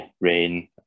Rain